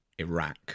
iraq